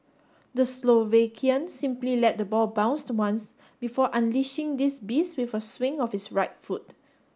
the Slovakian simply let the ball bounced once before unleashing this beast with a swing of his right foot